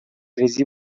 ریزی